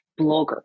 bloggers